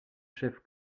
chef